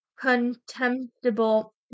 contemptible